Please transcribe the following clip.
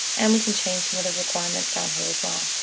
and we can change another requirement down here as well.